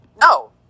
No